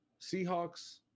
Seahawks